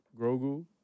Grogu